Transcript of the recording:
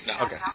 Okay